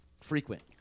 frequent